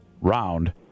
round